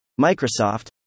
Microsoft